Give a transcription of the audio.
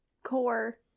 core